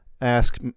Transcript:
ask